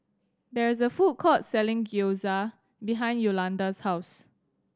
there is a food court selling Gyoza behind Yolonda's house